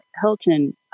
Hilton